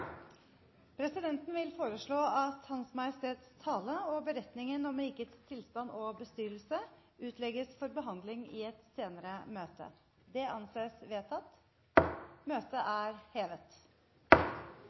Presidenten vil foreslå at Hans Majestet Kongens tale og beretningen om rikets tilstand og bestyrelse utlegges for behandling i et senere møte. – Det anses vedtatt.